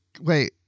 wait